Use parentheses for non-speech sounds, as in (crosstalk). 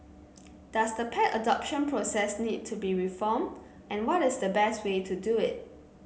does the pet (noise) adoption process need to be reformed and what is the best way to do it